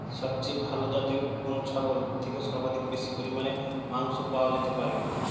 সবচেয়ে ভালো যাতে কোন ছাগল থেকে সর্বাধিক বেশি পরিমাণে মাংস পাওয়া যেতে পারে?